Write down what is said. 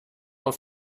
auf